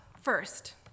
first